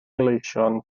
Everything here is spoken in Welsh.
gleision